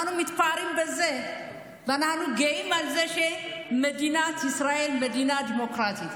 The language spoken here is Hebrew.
אנחנו מתפארים בזה ואנחנו גאים בזה שמדינת ישראל היא מדינה דמוקרטית.